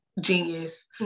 genius